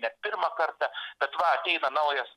ne pirmą kartą bet va ateina naujas